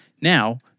Now